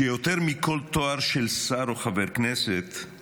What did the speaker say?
שיותר מכל תואר של שר או חבר כנסת הוא